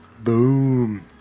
Boom